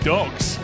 Dogs